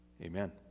Amen